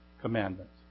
commandments